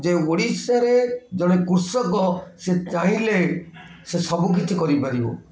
ଯେଉଁ ଓଡ଼ିଶାରେ ଜଣେ କୃଷକ ସେ ଚାହିଁଲେ ସେ ସବୁ କିଛି କରିପାରିବ